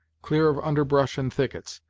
clear of underbrush and thickets,